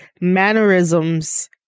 mannerisms